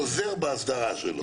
עוזר בהסדרה שלו.